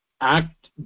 act